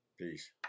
Peace